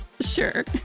sure